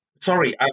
Sorry